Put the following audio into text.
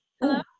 Hello